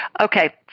Okay